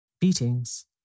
Beatings